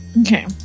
okay